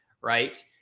right